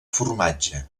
formatge